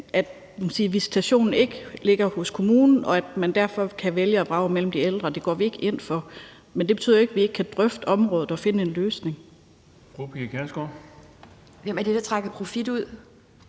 at visitationen ikke kommer til at ligge hos kommunen, og at man derfor kan vælge og vrage mellem de ældre. Det går vi ikke ind for. Men det betyder jo ikke, at vi ikke kan drøfte området og finde en løsning. Kl. 16:17 Den fg. formand